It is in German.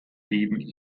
leben